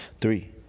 Three